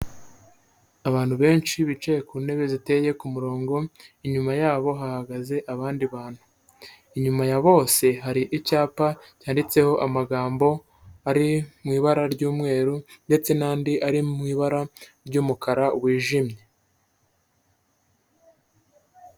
Abantu benshi bicaye ku ntebe ziteye ku murongo inyuma yabo hahagaze abandi bantu, inyuma ya bose hari icyapa cyanditseho amagambo ari mu ibara ry'umweru ndetse n'andi ari mu ibara ry'umukara wijimye.